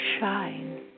shine